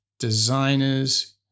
designers